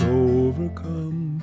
overcome